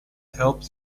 helped